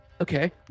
okay